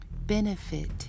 benefit